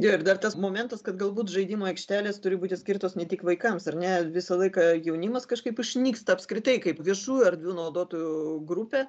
ir dar tas momentas kad galbūt žaidimų aikštelės turi būti skirtos ne tik vaikams ar ne visą laiką jaunimas kažkaip išnyksta apskritai kaip viešųjų erdvių naudotojų grupė